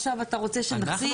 עכשיו אתה רוצה שנחזיר.